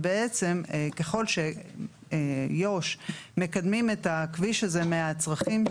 בעצם ככל שיו"ש מקדמים את הכביש הזה מהצרכים